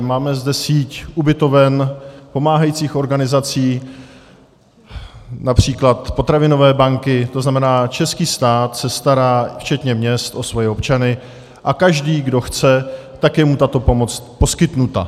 Máme zde síť ubytoven, pomáhajících organizací, například potravinové banky, to znamená, český stát se stará včetně měst o svoje občany a každý, kdo chce, tak je mu tato pomoc poskytnuta.